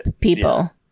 people